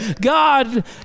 God